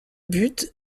but